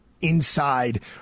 inside